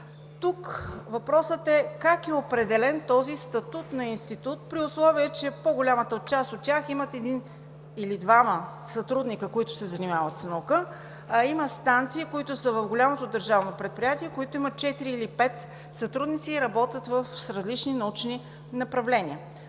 Тук въпросът е: как е определен този статут на институт, при условие че по-голямата част от тях имат един или двама сътрудници, които се занимават с наука, а има станции, които са в голямото държавно предприятие, които имат четири или пет сътрудници и работят с различни научни направления?